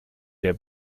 der